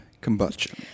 combustion